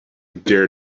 dare